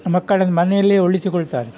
ಮಕ್ಕಳನ್ನ ಮನೆಯಲ್ಲಿಯೇ ಉಳಿಸಿಕೊಳ್ತಾರೆ